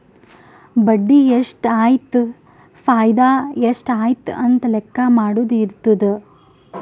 ಬಡ್ಡಿ ಎಷ್ಟ್ ಆಯ್ತು ಫೈದಾ ಎಷ್ಟ್ ಆಯ್ತು ಅಂತ ಲೆಕ್ಕಾ ಮಾಡದು ಇರ್ತುದ್